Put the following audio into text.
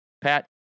Pat